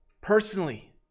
personally